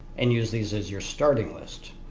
and use these as your starting lists.